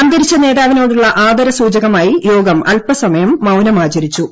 അന്തരിച്ച നേതാവിനോടുള്ള ആദരസൂചകമായി യോഗം അൽപ്പസമയം മൌനമാചരിച്ചു